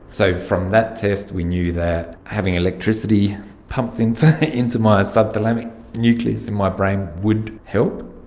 so from that test we knew that having electricity pumped into into my subthalamic nucleus in my brain would help.